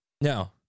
No